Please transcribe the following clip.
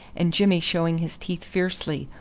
and jimmy showing his teeth fiercely,